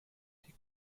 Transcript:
die